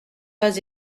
pas